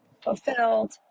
fulfilled